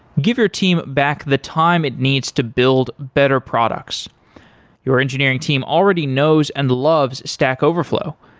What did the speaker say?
give your team back the time it needs to build better products your engineering team already knows and loves stack overflow.